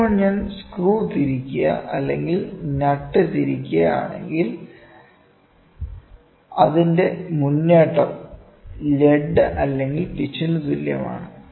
ഇപ്പോൾ ഞാൻ സ്ക്രൂ തിരിക്കുക അല്ലെങ്കിൽ നട്ട് തിരിക്കുക ആണെങ്കിൽ അതിന്റെ മുന്നേറ്റം ലെഡ് അല്ലെങ്കിൽ പിച്ചിന് തുല്യമാണ്